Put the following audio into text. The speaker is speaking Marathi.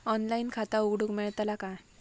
ऑनलाइन खाता उघडूक मेलतला काय?